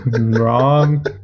Wrong